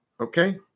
Okay